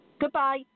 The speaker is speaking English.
Goodbye